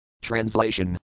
TRANSLATION